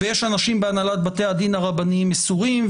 ויש אנשים בהנהלת בתי הדין הרבניים שהם מסורים,